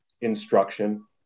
instruction